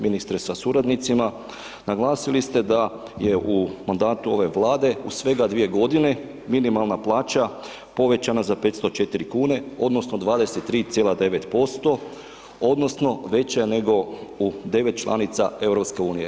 Ministre sa suradnicima, naglasili ste da je u mandatu ove vlade u svega 2 g. minimalna plaća povećana za 504 kn, odnosno, 23,9% odnosno, veća je nego u 9 članica EU.